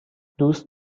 دوست